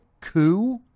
coup